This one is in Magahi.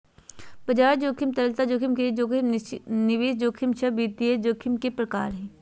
बाजार जोखिम, तरलता जोखिम, क्रेडिट जोखिम, निवेश जोखिम सब वित्तीय जोखिम के प्रकार हय